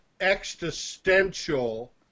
existential